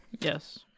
Yes